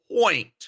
point